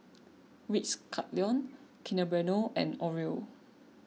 Ritz Carlton Kinder Bueno and Oreo